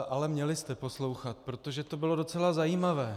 Ale měli jste poslouchat, protože to bylo docela zajímavé.